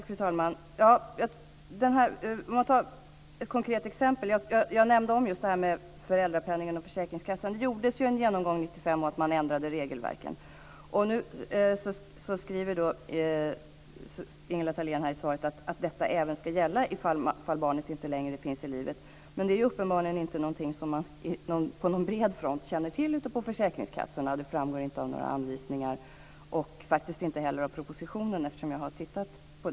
Fru talman! Man kan ta ett konkret exempel. Jag nämnde just det här med föräldrapenningen och försäkringskassan. Det gjordes ju en genomgång 1995 där man ändrade regelverken. Nu skriver Ingela Thalén i svaret att detta även ska gälla ifall barnet inte längre är i livet, men det är uppenbarligen inte något som man på bred front känner till ute på försäkringskassorna. Det framgår inte av några anvisningar och faktiskt inte heller av propositionen, som jag har tittat på.